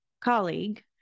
colleague